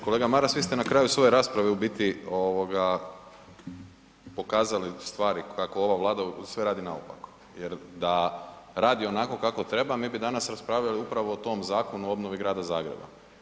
Kolega Maras, vi ste na kraju svoje rasprave u biti pokazali stvari kako ova Vlada sve radi naopako jer da radi onako kako treba, mi bi danas raspravljali upravo o tom zakon, o obnovi grada Zagreba.